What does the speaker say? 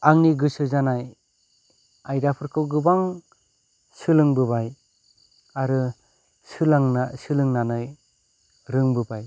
आंनि गोसो जानाय आयदाफोरखौ गोबां सोलोंबोबाय आरो सोलोंनानै रोंबोबाय